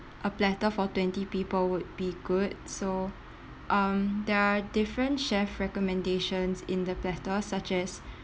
a platter for twenty people would be good so um there are different chef recommendations in the platters such as